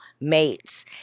mates